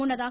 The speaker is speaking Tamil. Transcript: முன்னதாக